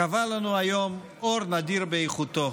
כבה לנו היום אור נדיר באיכותו,